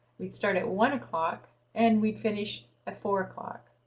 we start at one o'clock and we finish at four o'clock.